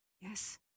Yes